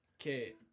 Okay